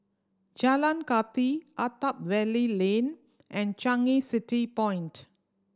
Jalan Kathi Attap Valley Lane and Changi City Point